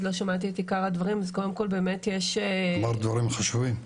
אז לא שמעתי את עיקר הדברים -- אמר דברים חשובים.